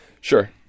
sure